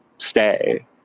stay